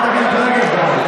חברת הכנסת רגב.